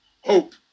hope